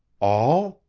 all?